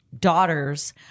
daughters